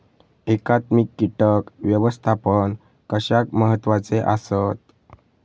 एकात्मिक कीटक व्यवस्थापन कशाक महत्वाचे आसत?